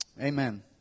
Amen